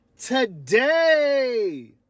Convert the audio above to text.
today